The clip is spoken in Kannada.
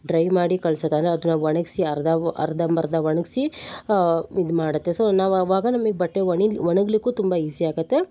ಡ್ರೈ ಮಾಡಿ ಕಳ್ಸೋದಾದ್ರೆ ಅದನ್ನ ಒಣಗಿಸಿ ಅರ್ಧ ಅರ್ಧಂಬರ್ಧ ಒಣಗಿಸಿ ಇದು ಮಾಡುತ್ತೆ ಸೊ ನಾವು ಅವಾಗ ನಮಗ್ ಬಟ್ಟೆ ಒಣಗಿ ಒಣಗಲಿಕ್ಕೂ ತುಂಬ ಈಝಿ ಆಗುತ್ತೆ